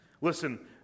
Listen